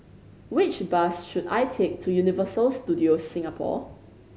which bus should I take to Universal Studios Singapore